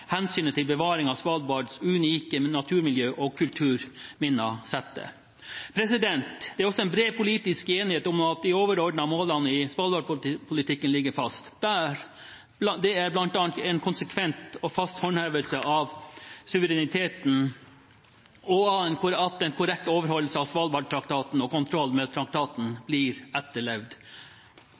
hensynet til bevaringen av Svalbards unike naturmiljø og kulturminner setter. Det er også en bred politisk enighet om at de overordnede målene i svalbardpolitikken ligger fast, bl.a. en konsekvent og fast håndhevelse av suvereniteten og at en korrekt overholdelse av Svalbardtraktaten og kontroll med traktaten blir etterlevd.